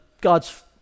God's